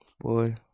Boy